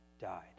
died